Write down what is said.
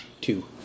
two